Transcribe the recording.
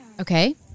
okay